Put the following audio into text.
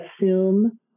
assume